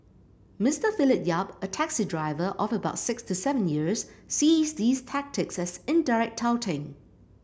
Mister Philip Yap a taxi driver of about six to seven years sees these tactics as indirect touting